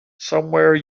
somewhere